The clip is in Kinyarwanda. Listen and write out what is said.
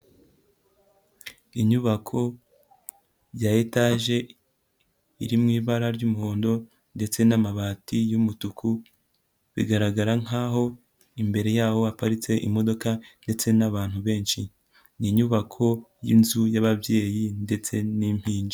Inyubako ya etaje iri mu ibara ry'umuhondo ndetse n'amabati y'umutuku bigaragara nk'aho imbere y'aho haparitse imodoka ndetse n'abantu benshi, ni inyubako y'inzu y'ababyeyi ndetse n'impinja.